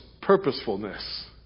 purposefulness